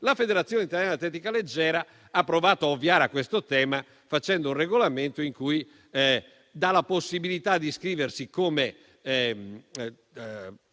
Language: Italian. La Federazione italiana atletica leggera ha provato a ovviare a questo tema facendo un regolamento in cui dà la possibilità di iscriversi come